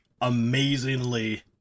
amazingly